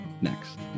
next